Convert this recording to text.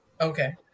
Okay